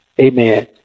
Amen